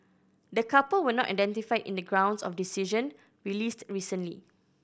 the couple were not identified in the grounds of decision released recently